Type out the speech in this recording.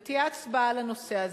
ותהיה הצבעה על הנושא הזה.